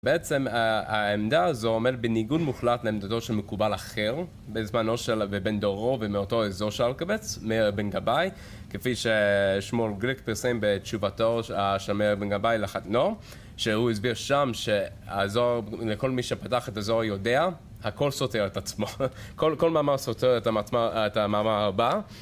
בעצם העמדה הזו עומדת בניגוד מוחלט לעמדתו של מקובל אחר בזמנו ובין דורו ומאותו אזור של אלקבץ, מאיר בן גבאי, כפי ששמול גריק פרסם בתשובתו של מאיר בן גבאי לחתנו, שהוא הסביר שם שהזוהר, לכל מי שפתח את הזוהר יודע, הכל סותר את עצמו. כל מאמר סותר את המאמר הבא